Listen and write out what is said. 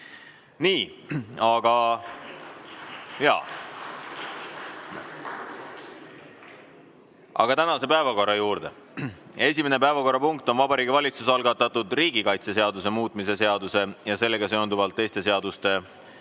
Aga läheme tänase päevakorra juurde. Esimene päevakorrapunkt on Vabariigi Valitsuse algatatud riigikaitseseaduse muutmise ja sellega seonduvalt teiste seaduste